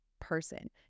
person